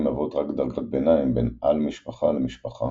מהוות רק דרגת-ביניים בין על-משפחה למשפחה,